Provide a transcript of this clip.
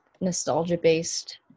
nostalgia-based